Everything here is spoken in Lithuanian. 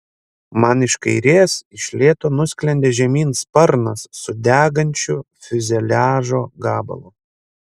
man iš kairės iš lėto nusklendė žemyn sparnas su degančiu fiuzeliažo gabalu